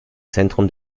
zentrum